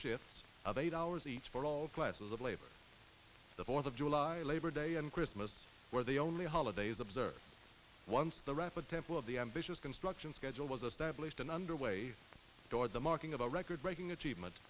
shifts of eight hours each for all classes of labor the fourth of july labor day and christmas where the only holidays observed once the rapid temple of the ambitious construction schedule was established and underway toward the marking of a record breaking achievement